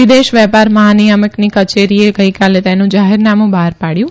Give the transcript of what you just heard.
વિદેશ વેપાર મહાનિયામકની કચેરીએ ગઈકાલે તેનું જાહેરનામું બહાર પાડયું